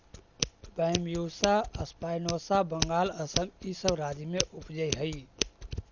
Bambusa spinosa Bengal, Assam इ सब राज्य में उपजऽ हई